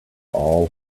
all